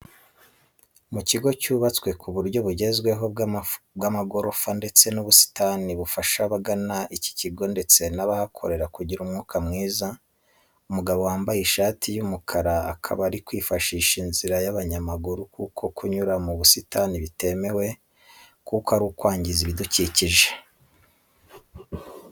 Mu kigo cyubatswe ku buryo bugezweho bw'amagorofa, ndetse n'ubusitani bufasha abagana iki kigo ndetse n'abahakorera kugira umwuka mwiza. Umugabo wambaye ishati y'umukara akaba ari kwifashisha inzira y'abanyamaguru kuko kunyura mu busitani bitemewe kuko ari ukwangiza ibidukikije.